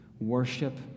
worship